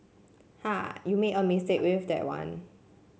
ha you made a mistake with that one